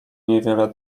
niewiele